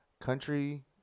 Country